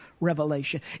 revelation